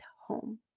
home